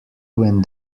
when